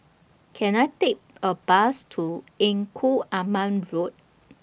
Can I Take A Bus to Engku Aman Road